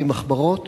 בלי מחברות.